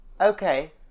Okay